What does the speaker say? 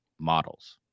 models